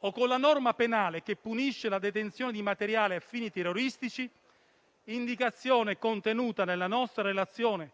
o con la norma penale che punisce la detenzione di materiale a fini terroristici. Penso altresì all'indicazione contenuta nella nostra relazione